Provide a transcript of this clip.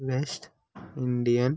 West Indies